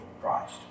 christ